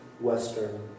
Western